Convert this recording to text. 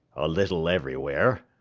a little everywhere.